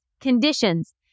conditions